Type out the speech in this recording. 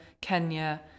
Kenya